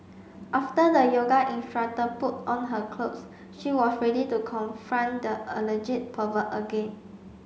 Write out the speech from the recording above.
after the yoga instructor put on her clothes she was ready to confront the alleged pervert again